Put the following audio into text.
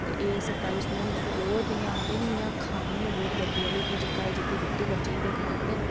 ते एह् सरकारी स्कूलें दी इंया आखदेे निं बहुत खामी ऐ बड्डी आह्ली जेह्का कि जेह्की रुट्टी ते बच्चें गी खलांदे न